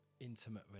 intimate